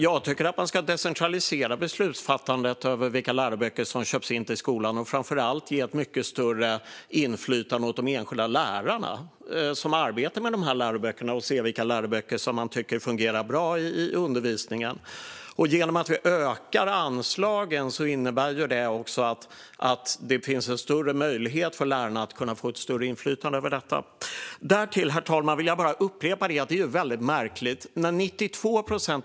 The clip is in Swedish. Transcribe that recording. Jag tycker att beslutsfattandet över vilka läroböcker som köps in till skolan ska decentraliseras. Framför allt ska man ge de enskilda lärarna mycket större inflytande. De arbetar med läroböckerna och ser vilka böcker de tycker fungerar bra i undervisningen. Genom att vi ökar anslagen finns det också större möjlighet för lärarna att få större inflytande över detta. Herr talman! Därtill vill jag upprepa något som är lite märkligt.